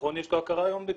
למכון יש הכרה היום בתעודות.